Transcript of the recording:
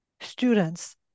students